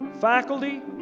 faculty